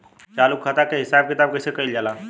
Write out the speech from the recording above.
चालू खाता के हिसाब किताब कइसे कइल जाला?